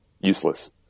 useless